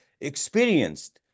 experienced